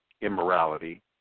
immorality